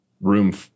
room